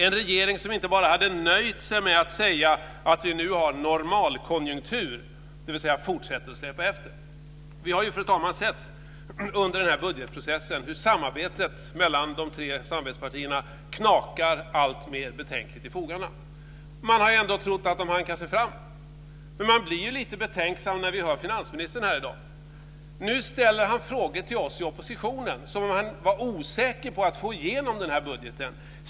En regering som inte bara hade nöjt sig med att säga att vi nu har "normalkonjunktur", dvs. fortsätter att släpa efter. Fru talman! Vi har under budgetprocessen sett hur samarbetet mellan de tre samarbetspartierna knakar alltmer betänkligt i fogarna. Man har ändå trott att de hankar sig fram. Men man blir lite betänksam när man hör finansministern här i dag. Nu ställer han frågor till oss i oppositionen som om han var osäker på att få igenom budgeten.